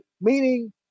meaning